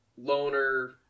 loner